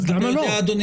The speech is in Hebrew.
למה לא?